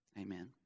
Amen